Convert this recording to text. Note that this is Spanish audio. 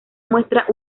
muestra